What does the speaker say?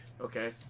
Okay